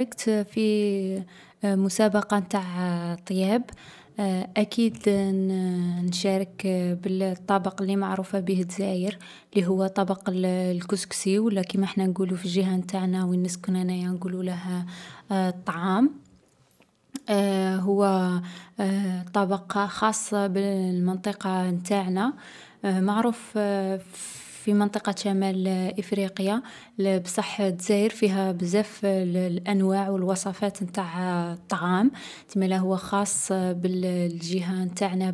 إذا شاركت في مسابقة نتاع طياب أكيد نشارك بالطبق لي معروفة بيه دزاير لي هو طبق الكسكسي و لا كيما نقولو عليه في الجهة نتاعنا الطعام. هذا طبق خاص بالمنطقة نتاعنا، نديروه بالمرقة الحمرا و الخُضرا و اللحم الغنمي. ينجح لأنه بنين و الأذواق لي فيه جايا متناغمة. اللحم الغنمي يصنعه و يجي بالخضرا لي تكون كاينة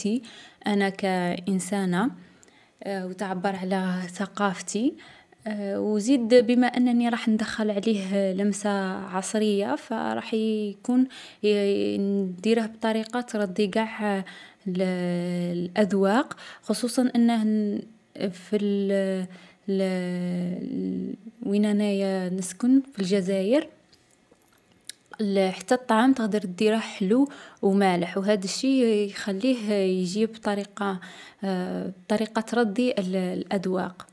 في الموسم.